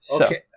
Okay